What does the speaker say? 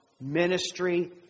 ministry